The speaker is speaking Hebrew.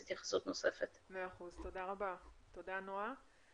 תודה נועה.